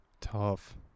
Tough